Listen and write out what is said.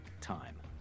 time